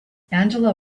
angela